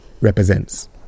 represents